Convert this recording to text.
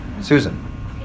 Susan